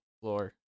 floor